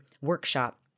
workshop